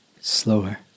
slower